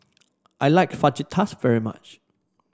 I like Fajitas very much